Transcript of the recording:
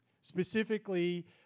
Specifically